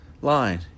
line